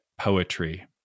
poetry